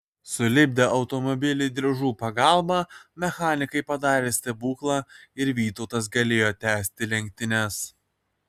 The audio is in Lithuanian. sulipdę automobilį diržų pagalbą mechanikai padarė stebuklą ir vytautas galėjo tęsti lenktynes